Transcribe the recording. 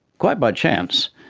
quite by chance,